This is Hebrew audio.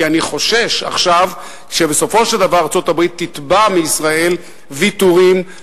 כי אני חושש עכשיו שבסופו של דבר ארצות-הברית תתבע מישראל ויתורים,